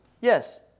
yes